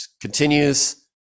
continues